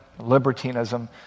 libertinism